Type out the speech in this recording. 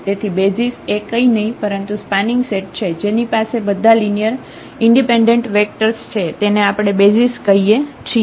તેથી બેસિઝ એ કઈ નહિ પરંતુ સ્પાનિંગ સેટ છે જેની પાસે બધા લિનિયર ઈન્ડિપેન્ડેન્ટ વેક્ટર્સ છે તેને આપણે બેસિઝ કહીએ છીએ